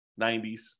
90s